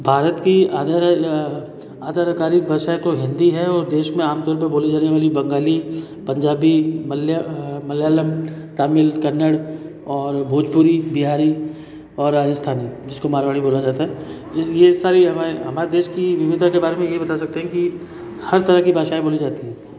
भारत की आधिकारिक भाषाएँ तो हिंदी है और देश में आम तौर पर बोली जाने वाली बंगाली पंजाबी मल्या मलयालम तमिल कन्नड़ और भोजपुरी बिहारी और राजस्थानी जिसको मारवाड़ी बोला जाता है यह सारी हमारी हमारे देश की विविधता के बारे में यह बता सकते हैं कि हर तरह की भाषाएँ बोली जाती हैं